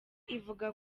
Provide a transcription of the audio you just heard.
ivuga